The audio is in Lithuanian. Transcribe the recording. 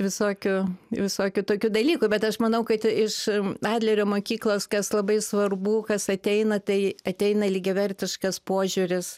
visokių visokių tokių dalykų bet aš manau kad iš adlerio mokyklos kas labai svarbu kas ateina tai ateina lygiavertiškas požiūris